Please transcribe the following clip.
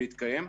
להתקיים.